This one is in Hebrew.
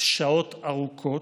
שעות ארוכות,